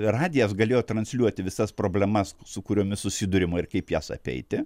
radijas galėjo transliuoti visas problemas su kuriomis susiduriama ir kaip jas apeiti